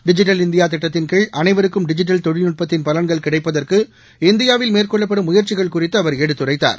digital India திட்டத்தின் கீழ் அனைவருக்கும் டிஜிட்டல் தொழில்நுட்பத்தின் பலன்கள் கிடைப்பதற்கு இந்தியாவில் மேற்கொள்ளப்படும் முயற்சிகள் குறித்து அவர் எடுத்துரைத்தார்